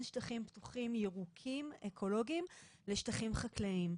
שטחים פתוחים ירוקים-אקולוגיים לשטחים חקלאיים.